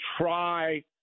try